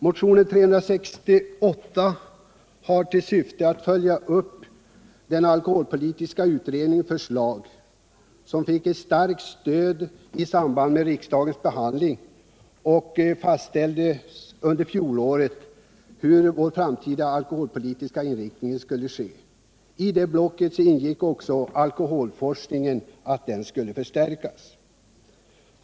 Motionen 368 har till syfte att följa upp den alkoholpolitiska utredningens förslag, som fick ett starkt stöd i samband med riksdagens behandling under fjolåret, då den framtida alkoholpolitikens inriktning fastställdes. I det blocket ingick också att alkoholforskningen skulle förstärkas.